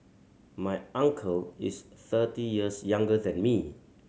my uncle is thirty years younger than me